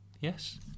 Yes